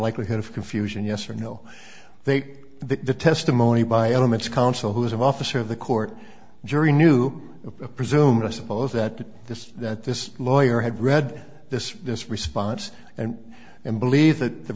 likelihood of confusion yes or no they that the testimony by elements counsel who is an officer of the court jury knew the presume i suppose that this that this lawyer had read this this response and and believe that the